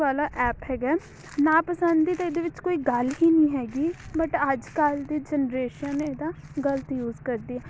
ਵਾਲਾ ਐਪ ਹੈਗਾ ਨਾਪਸੰਦ ਦੀ ਤਾਂ ਇਹਦੇ ਵਿੱਚ ਕੋਈ ਗੱਲ ਹੀ ਨਹੀਂ ਹੈਗੀ ਬਟ ਅੱਜ ਕੱਲ੍ਹ ਦੀ ਜਨਰੇਸ਼ਨ ਇਹਦਾ ਗਲਤ ਯੂਜ ਕਰਦੀ ਆ